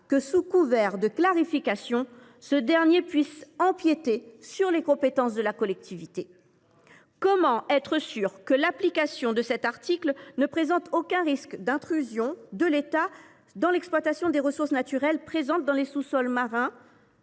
que, sous couvert de clarification, ce dernier puisse empiéter sur les compétences de la collectivité. Bravo ! Comment être sûr que l’application de cet article ne présente aucun risque d’intrusion de l’État dans l’exploitation des ressources naturelles présentes dans les sous sols marins